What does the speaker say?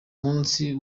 munsi